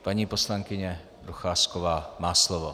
Paní poslankyně Procházková má slovo.